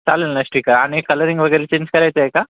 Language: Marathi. चालेल ना स्टीकर आणि कलरींग वगैरे चेंज करायचं आहे का